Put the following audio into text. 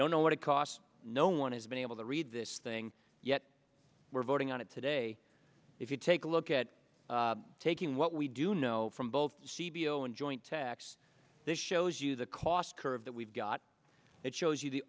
don't know what it costs no one has been able to read this thing yet we're voting on it today if you take a look at taking what we do know from both sebille and joint tax this shows you the cost curve that we've got it shows you the